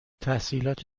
تحصیلات